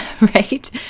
right